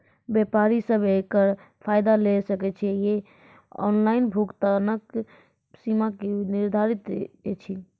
व्यापारी सब एकरऽ फायदा ले सकै ये? ऑनलाइन भुगतानक सीमा की निर्धारित ऐछि?